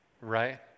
Right